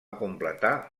completar